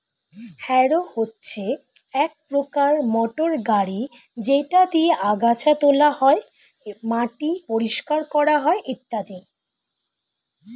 harrow হচ্ছে এক প্রকার মোটর গাড়ি যেটা দিয়ে আগাছা তোলা হয়, মাটি পরিষ্কার করা হয় ইত্যাদি